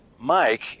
Mike